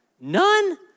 none